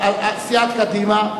סיעת קדימה,